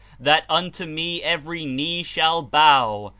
that unto me every knee shall bow,